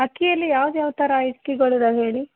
ಅಕ್ಕಿಯಲ್ಲಿ ಯಾವ್ದ್ಯಾವ ಥರ ಅಕ್ಕಿಗಳು ಇದವೆ ಹೇಳಿ